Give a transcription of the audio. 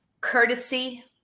courtesy